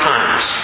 Times